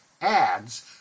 adds